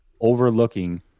overlooking